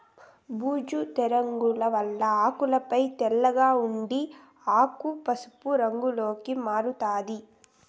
బూజు తెగుల వల్ల ఆకులపై తెల్లగా ఉండి ఆకు పశు రంగులోకి మారుతాది